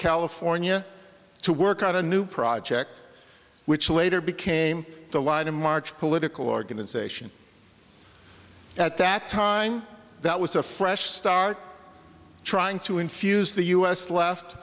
california to work on a new project which later became the line of march political organization at that time that was a fresh start trying to infuse the us left